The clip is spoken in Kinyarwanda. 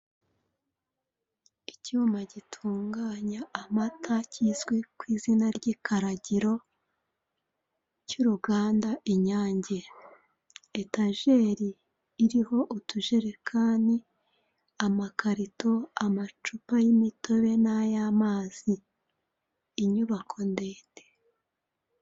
Icyuma gitunganya amata kizwi ku izina ry'ikaragiro, cy'uruganda Inyange. Etajeri iriho utujerekani, amakarito, amacupa y'imitobe ndetse n'ay'amazi. Inyubako ndende.